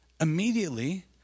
immediately